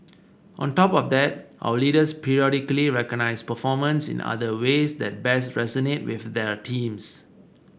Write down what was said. on top of that our leaders periodically recognise performance in other ways that best resonate with their teams